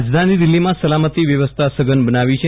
રાજધાની દિલ્હીમાં સલામતી વ્યવસ્થા સઘન બનાવવામાં આવી છે